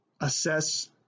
Assess